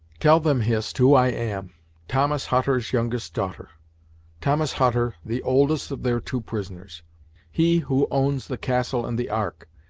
tell them, hist, who i am thomas hutter's youngest daughter thomas hutter, the oldest of their two prisoners he who owns the castle and the ark,